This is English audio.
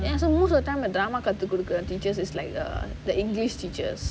and most of the time the drama காது குடுக்குற:kathu kudukura the teachers is like the the english teachers